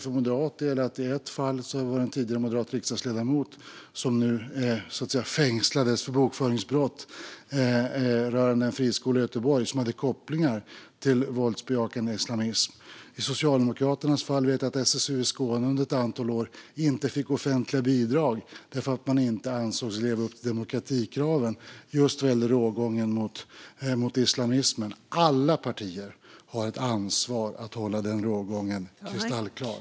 För Moderaternas del var det i ett fall en tidigare moderat riksdagsledamot som fängslades för bokföringsbrott rörande en friskola i Göteborg som hade kopplingar till våldsbejakande islamism. I Socialdemokraternas fall fick inte SSU i Skåne under ett antal år offentliga bidrag därför att man inte ansågs leva upp till demokratikraven just vad gäller rågången mot islamismen. Alla partier har ett ansvar för att hålla denna rågång kristallklar.